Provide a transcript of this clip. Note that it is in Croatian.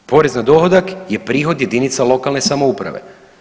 Porez na dohodak je prihod jedinica lokalne samouprave.